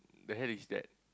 the hell is that